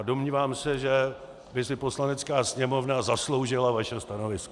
Domnívám se, že by si Poslanecká sněmovna zasloužila vaše stanovisko.